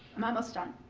i'm almost done.